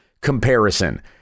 comparison